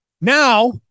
Now